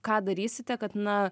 ką darysite kad na